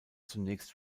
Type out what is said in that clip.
zunächst